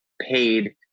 paid